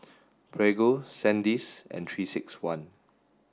Prego Sandisk and three six one